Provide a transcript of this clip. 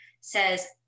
says